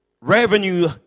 revenue